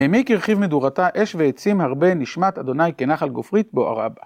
העמיק הרחיב מדורתה, אש ועצים הרבה, נשמת אדוני כנחל גופרית, בוערה רבה.